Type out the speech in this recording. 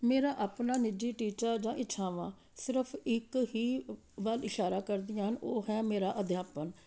ਮੇਰਾ ਆਪਣਾ ਨਿੱਜੀ ਟੀਚਾ ਜਾਂ ਇੱਛਾਵਾਂ ਸਿਰਫ ਇੱਕ ਹੀ ਵੱਲ ਇਸ਼ਾਰਾ ਕਰਦੀਆਂ ਹਨ ਉਹ ਹੈ ਮੇਰਾ ਅਧਿਆਪਨ